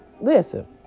Listen